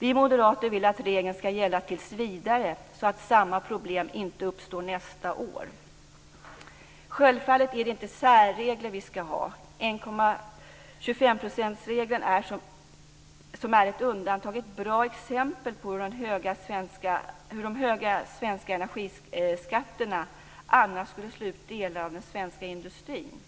Vi moderater vill att regeln ska gälla tillsvidare så att samma problem inte uppstår nästa år. Självfallet är det inte särregler som vi ska ha. 1,25 %-regeln, som är ett undantag, är ett bra exempel på hur de höga svenska energiskatterna annars skulle slå ut delar av den svenska industrin.